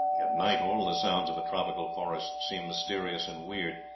at night all the sounds of a tropical forest seem mysterious and weird,